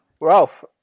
Ralph